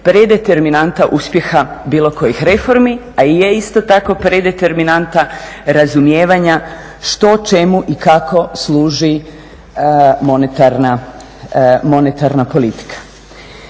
predeterminanta uspjeha bilo kojih reformi, a i je isto tako predeterminanta razumijevanja što čemu i kako služi monetarna politika.